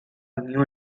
new